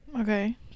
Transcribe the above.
Okay